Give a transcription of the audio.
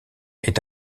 est